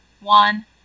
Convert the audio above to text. One